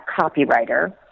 copywriter